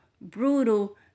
brutal